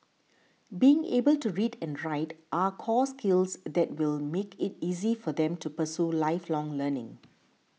being able to read and write are core skills that will make it easier for them to pursue lifelong learning